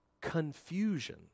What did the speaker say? confusion